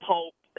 Pope